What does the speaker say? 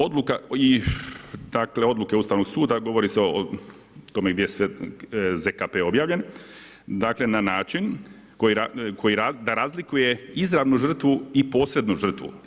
Odluka i, dakle odluke Ustavnog suda govori se o tome gdje je sve ZKP objavljen dakle na način koji da razlikuje izravnu žrtvu i posebnu žrtvu.